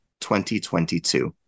2022